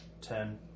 ten